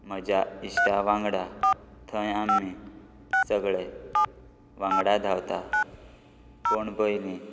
म्हज्या इश्टा वांगडा थंय आमी सगळे वांगडा धावता कोण पयली